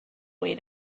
way